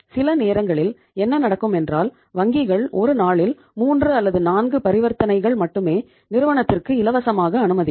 சில நேரங்களில் என்ன நடக்கும் என்றால் வங்கிகள் ஒரு நாளில் மூன்று அல்லது நான்கு பரிவர்த்தனைகள் மட்டுமே நிறுவனத்துக்கு இலவசமாக அனுமதிக்கும்